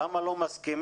למה לא מסכימים